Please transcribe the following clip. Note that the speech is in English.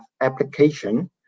application